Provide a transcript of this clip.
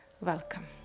Welcome